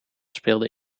speelden